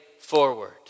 forward